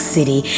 City